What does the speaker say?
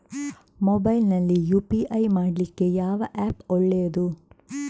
Mobile ನಲ್ಲಿ UPI ಮಾಡ್ಲಿಕ್ಕೆ ಯಾವ ಆ್ಯಪ್ ಒಳ್ಳೇದು?